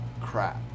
crap